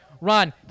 Ron